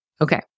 Okay